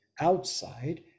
outside